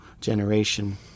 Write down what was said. generation